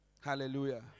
Hallelujah